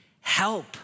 help